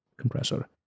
compressor